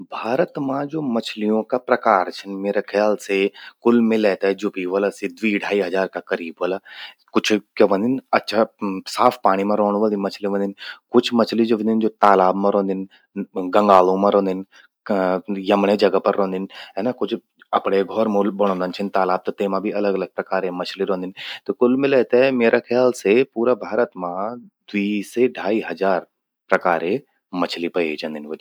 भारत मां ज्वो मछलियों का प्रकार छिन, म्येरा ख्याल से कुल मिले ते ज्वो भी व्हला द्वी ढाई हजार का करीब व्हला। कुछ क्या व्हंदिन अच्छा, साफ पाणि मां रौंण वलि मछलि व्हंदिन। कुछ मछलि ज्वो व्हंदिंन सि तालाब मां रौंदिन, गंगालों मां रौंदिन, यमण्ये जगा पर रौंदिन है ना कुछ अपणे घौर मां बणौंदन छिन तालाब त तेमा भि अलग अलग प्रकारे मछली रौंदिन। त कुल मिलै तै म्येरा ख्याल से पूरा भारत मां द्वी से ढाई हजार प्रकारे मछलि पयै जंदि व्हलि।